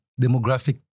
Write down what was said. demographic